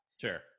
Sure